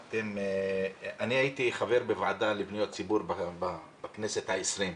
אני הייתי חבר בוועדה לפניות הציבור בכנסת ה-20.